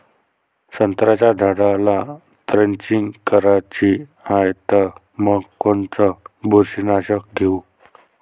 संत्र्याच्या झाडाला द्रेंचींग करायची हाये तर मग कोनच बुरशीनाशक घेऊ?